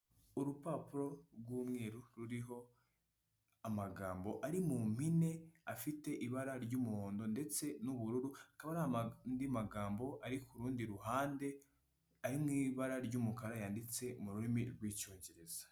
Urupapuro rw'umweru ruriho amagambo ari mu mpine afite ibara ry'umuhondo ndetse n'ubururu, hakaba hari andi magambo ari kuru rundi ruhande ari mu ibara ry'umukara yanditse mu rurimi rw'icyongereza.